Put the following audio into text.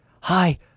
Hi